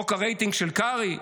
חוק הרייטינג של קרעי,